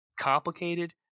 complicated